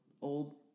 old